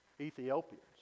ethiopians